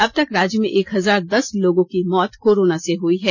अब तक राज्य में एक हजार दस लोगों की मौत कोरोना से हुई हैं